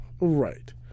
Right